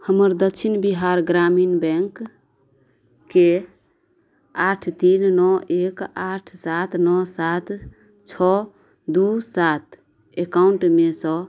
हमर दक्षिण बिहार ग्रामीण बैँकके आठ तीन नओ एक आठ सात नओ सात छओ दुइ सात एकाउण्टमेसँ